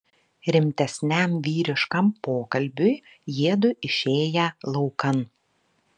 rimtesniam vyriškam pokalbiui jiedu išėję laukan